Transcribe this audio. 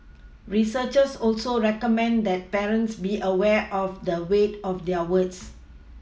researchers also recommend that parents be aware of the weight of their words